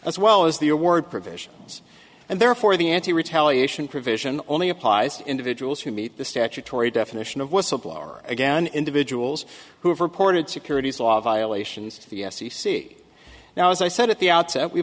as well as the award provisions and therefore the anti retaliation provision only applies to individuals who meet the statutory definition of whistleblower again individuals who have reported securities law violations to the f c c now as i said at the outset we